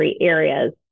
areas